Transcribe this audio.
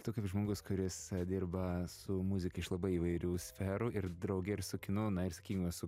tu kaip žmogus kuris dirba su muzika iš labai įvairių sferų ir drauge ir su kinu na ir sakykime su